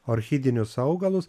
orchidinius augalus